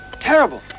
Terrible